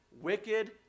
wicked